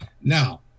Now